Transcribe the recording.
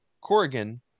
Corrigan